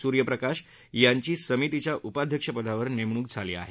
सूर्यप्रकाश यांची समितीच्या उपाध्यपदी नेमणूक झाली आहे